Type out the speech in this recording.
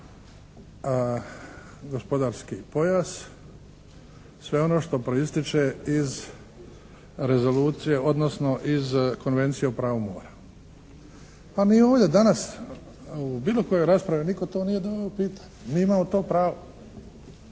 gospodarski pojas, sve ono što proističe iz rezolucije, odnosno iz konvencije o pravu mora. Pa ni ovdje danas u bilo kojoj raspravi nitko to nije doveo u pitanje, mi imamo to pravo.